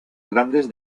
grandes